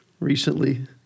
Recently